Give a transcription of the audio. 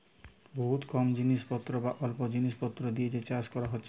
বহুত কম জিনিস পত্র বা অল্প জিনিস পত্র দিয়ে যে চাষ কোরা হচ্ছে